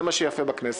זה מה שיפה בכנסת.